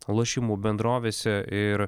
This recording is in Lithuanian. lošimų bendrovėse ir